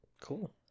Cool